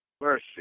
Mercy